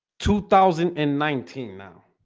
two thousand and nineteen now